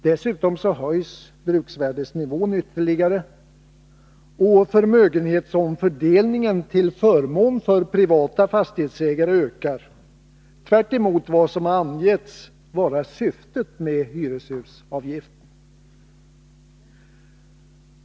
Dessutom höjs bruksvärdesnivån ytterligare, och förmögenhetsomfördelningen till förmån för privata fastighetsägare ökar — tvärtemot vad som har angetts vara syftet med hyreshusavgiften.